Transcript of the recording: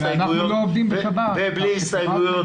אין הסתייגויות.